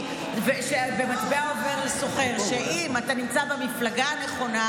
במטבע עובר לסוחר: אם אתה נמצא במפלגה הנכונה,